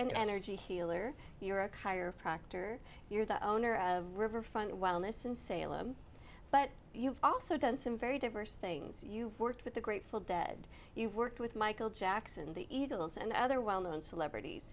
energy healer you're a chiropractor you're the owner of riverfront wellness in salem but you've also done some very diverse things you worked with the grateful dead you worked with michael jackson the eagles and other well known celebrities